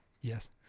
yes